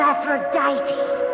Aphrodite